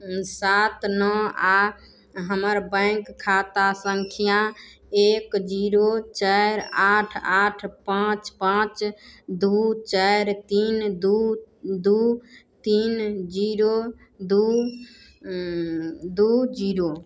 सात नओ आ हमर बैंक खाता संख्या एक जीरो चारि आठ आठ पाँच पाँच दू चारि तीन दू दू तीन जीरो दू दू जीरो